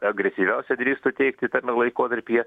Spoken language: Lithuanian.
agresyviausia drįstu teigti tame laikotarpyje